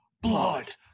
Blood